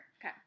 Okay